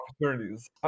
opportunities